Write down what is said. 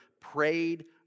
prayed